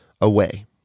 away